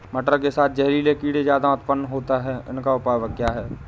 मटर के साथ जहरीले कीड़े ज्यादा उत्पन्न होते हैं इनका उपाय क्या है?